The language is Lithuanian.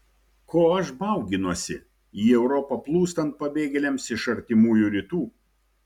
ko aš bauginuosi į europą plūstant pabėgėliams iš artimųjų rytų